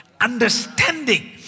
understanding